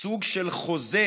חוזה